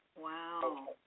Wow